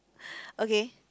okay